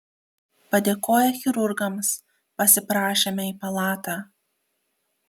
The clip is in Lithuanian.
padėkoję chirurgams pasiprašėme į palatą